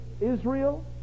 Israel